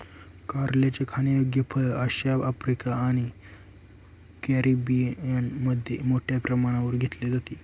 कारल्याचे खाण्यायोग्य फळ आशिया, आफ्रिका आणि कॅरिबियनमध्ये मोठ्या प्रमाणावर घेतले जाते